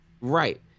right